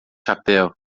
chapéu